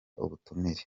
ubutumire